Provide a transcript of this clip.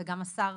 וגם השר,